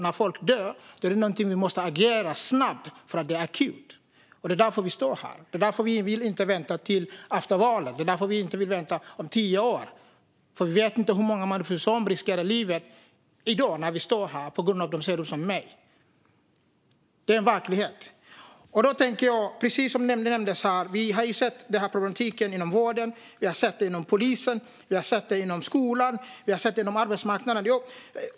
När folk dör måste vi agera snabbt, för då är det akut. Det är därför vi står här, och det är därför vi inte vill vänta till efter valet. Vi vill inte vänta tio år, för vi vet inte hur många människor som riskerar livet när vi står här i dag på grund av att de ser ut som jag. Det är en verklighet. Precis som nämndes här har vi sett den här problematiken inom vården, inom polisen, inom skolan och på arbetsmarknaden.